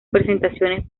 presentaciones